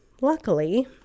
luckily